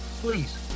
please